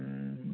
ହୁଁ